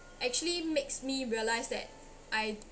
actually makes me realise that I